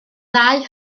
ddau